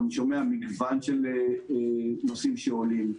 אתה שומע מגוון של נושאים שעולים.